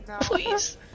please